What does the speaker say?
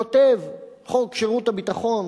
כותב חוק שירות הביטחון,